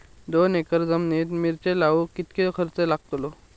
दोन एकर जमिनीत मिरचे लाऊक कितको खर्च यातलो?